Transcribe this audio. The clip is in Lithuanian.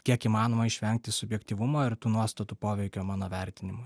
kiek įmanoma išvengti subjektyvumo ir tų nuostatų poveikio mano vertinimui